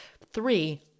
three